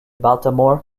baltimore